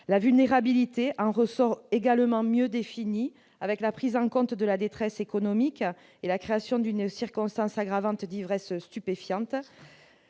La vulnérabilité en ressort mieux définie, avec la prise en compte de la détresse économique et la création d'une circonstance aggravante d'ivresse stupéfiante.